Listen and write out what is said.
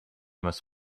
must